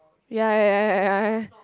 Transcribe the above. ya ya ya ya ya